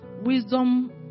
wisdom